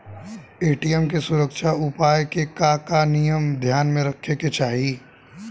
ATM के सुरक्षा उपाय के का का नियम ध्यान में रखे के चाहीं?